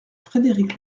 frédérick